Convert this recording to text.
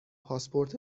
پاسپورت